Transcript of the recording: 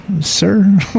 sir